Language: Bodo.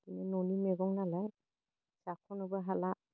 इदिनो न'नि मैगं नालाय जाख'नोबो हाला